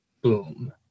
boom